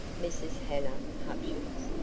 mrs. hannah hutchins,